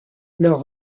leur